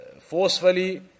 forcefully